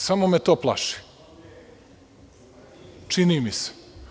Samo me to plaši, čini mi se.